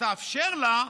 שתאפשר לה,